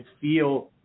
feel